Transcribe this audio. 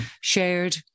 shared